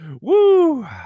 Woo